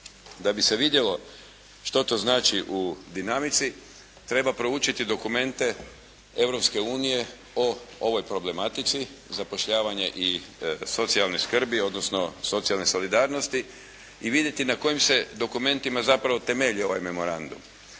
Da bi se vidjelo što to znači u dinamici treba proučiti dokumente Europske unije o ovoj problematici zapošljavanja i socijalne skrbi odnosno socijalne solidarnosti i vidjeti na kojim se dokumentima zapravo temelji ovaj memorandum.